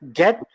get